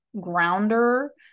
grounder